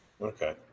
Okay